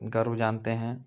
गर्व जानते हैं